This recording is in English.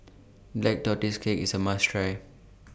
Black Tortoise Cake IS A must Try